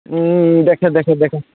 ହୁଁ ଦେଖେ ଦେଖେ ଦେଖେ